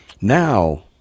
now